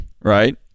right